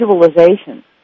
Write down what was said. visualization